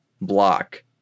block